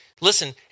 listen